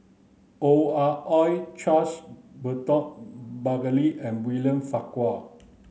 Ong Ah Hoi Charles Burton Buckley and William Farquhar